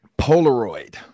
Polaroid